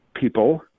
people